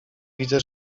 widzę